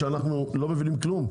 שאנחנו לא מבינים כלום?